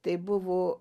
tai buvo